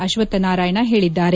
ಅಶ್ವತ್ ನಾರಾಯಣ ಹೇಳಿದ್ದಾರೆ